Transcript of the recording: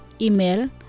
Email